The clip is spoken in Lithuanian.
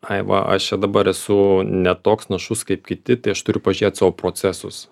ai va aš čia dabar esu ne toks našus kaip kiti tai aš turiu pažiūrėt savo procesus